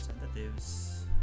representatives